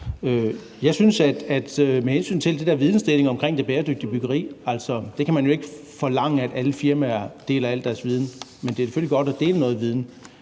hensyn til det der om vidensdeling omkring det bæredygtige byggeri kan man jo ikke forlange, at alle firmaer deler al deres viden med andre, men det er selvfølgelig godt at dele noget viden.